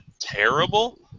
terrible